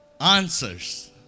answers